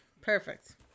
Perfect